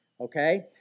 Okay